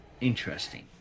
interesting